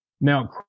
now